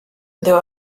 there